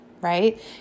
right